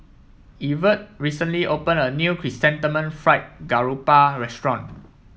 Evertt recently opened a new Chrysanthemum Fried Garoupa restaurant